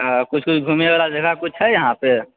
कुछ कुछ घुमैवला कुछ छै यहाँपर